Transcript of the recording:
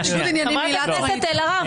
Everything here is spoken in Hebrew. חברת הכנסת אלהרר,